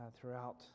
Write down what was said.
throughout